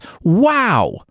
Wow